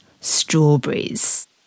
strawberries